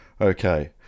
Okay